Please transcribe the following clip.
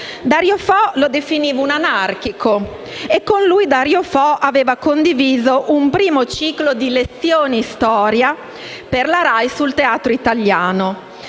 Dario Fo lo definiva un anarchico e, con lui, aveva condiviso un primo ciclo di lezioni-storia per la RAI sul teatro italiano.